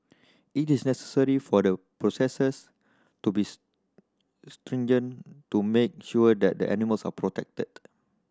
it is necessary for the processes to be stringent to make sure that the animals are protected